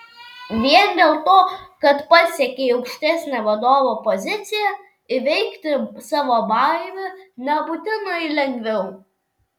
vien dėl to kad pasiekei aukštesnę vadovo poziciją įveikti savo baimę nebūtinai lengviau